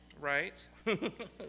Right